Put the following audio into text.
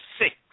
six